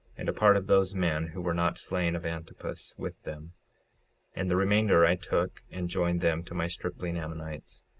and a part of those men who were not slain of antipus, with them and the remainder i took and joined them to my stripling ammonites,